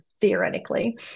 theoretically